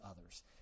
others